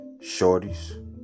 shorties